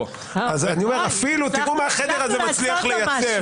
אז אני אומר, אפילו תראו מה החדר הזה מצליח לייצר.